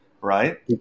right